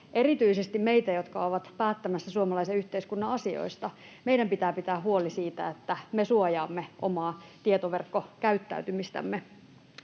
erityisesti meitä, jotka olemme päättämässä suomalaisen yhteiskunnan asioista. Meidän pitää pitää huoli siitä, että me suojaamme omaa tietoverkkokäyttäytymistämme.